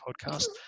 podcast